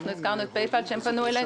אנחנו הזכרנו את pay pal שפנו אלינו.